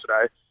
today